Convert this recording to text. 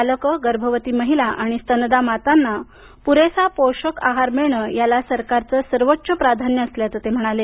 बालकं गर्भवती महिला आणि स्तनदा मातांना पुरेसा पोषक आहार मिळणं याला सरकारचं सर्वोच्च प्राधान्य असल्याचं ते म्हणाले